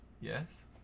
Yes